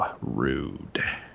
rude